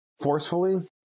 forcefully